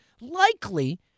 likely